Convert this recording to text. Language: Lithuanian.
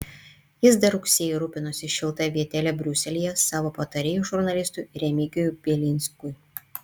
jis dar rugsėjį rūpinosi šilta vietele briuselyje savo patarėjui žurnalistui remigijui bielinskui